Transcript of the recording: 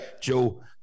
Joe